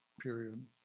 period